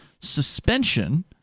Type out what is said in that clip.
suspension